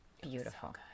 Beautiful